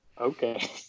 okay